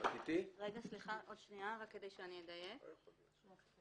2,708 אירועים שעליהם הופקו שוברים בתחום